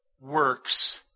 works